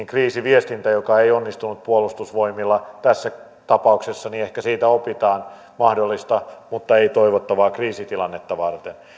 kriisiviestintä ei onnistunut puolustusvoimilta tässä tapauksessa ehkä siitä opitaan mahdollista mutta ei toivottavaa kriisitilannetta varten